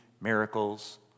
miracles